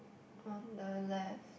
on the left